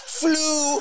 flew